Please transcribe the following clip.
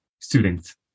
students